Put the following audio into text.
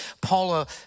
Paula